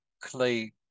clay